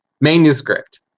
manuscript